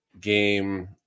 game